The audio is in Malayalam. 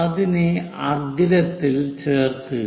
അതിനെ അഗ്രത്തിൽ ചേർക്കുക